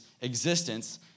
existence